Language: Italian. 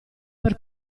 per